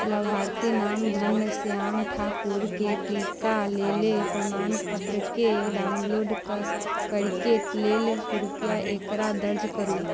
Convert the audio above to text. लाभार्थी नाम धनश्याम ठाकुरके टीका लेले प्रमाणपत्रके डाउनलोड कऽ करके लेल कृपया एकरा दर्ज करू